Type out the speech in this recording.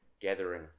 gathering